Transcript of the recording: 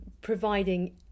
providing